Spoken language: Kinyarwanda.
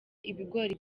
ibigori